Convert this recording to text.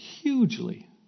hugely